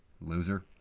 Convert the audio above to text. Loser